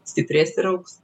stiprės ir augs